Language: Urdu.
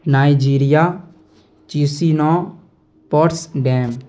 Nigeria Chisinau Potsdam